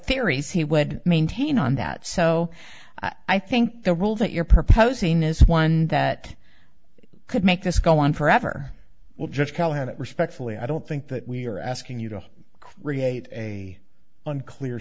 theories he would maintain on that so i think the rule that you're proposing is one that could make this go on forever well just callahan it respectfully i don't think that we're asking you to create a unclear